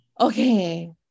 Okay